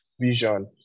vision